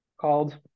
called